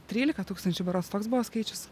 trylika tūkstančių berods toks buvo skaičius